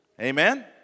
Amen